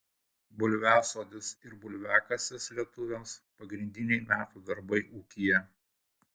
bulviasodis ir bulviakasis lietuviams pagrindiniai metų darbai ūkyje